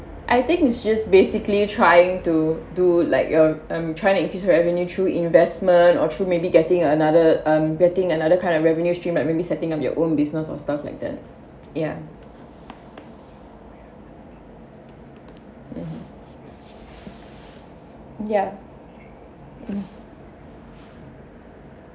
I think it's just basically trying to do like uh um trying to increase revenue through investment or through maybe getting another um getting another kind of revenue stream like maybe setting up your own business or stuff like that ya mm ya mm